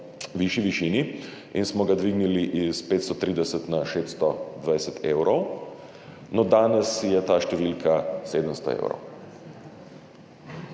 višji višini in smo ga dvignili s 530 na 620 evrov, no danes je ta številka 700 evrov.